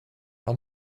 how